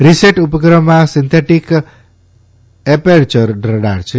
reset ઉપગ્રહમાં synthetic aperture radar છે